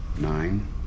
Nine